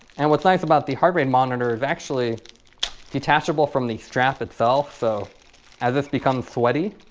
and what's nice about the heart rate monitor is actually detachable from the strap itself so as this becomes sweaty